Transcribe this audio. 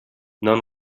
non